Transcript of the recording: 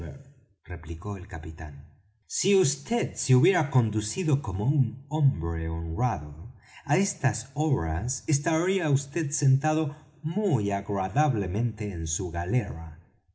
replicó el capitán si vd se hubiera conducido como un hombre honrado á estas horas estaría vd sentado muy agradablemente en su galera